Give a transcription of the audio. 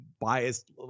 biased